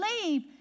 Believe